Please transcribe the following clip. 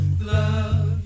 love